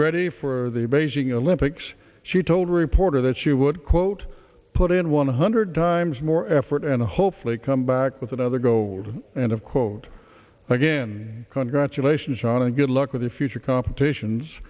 ready for the beijing olympics she told a reporter that she would quote put in one hundred times more effort and hopefully come back with another gold and of quote again congratulations on and good luck with the future competitions